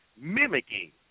mimicking